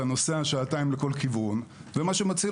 אתה נוסע שעתיים לכל כיוון ומה שמציל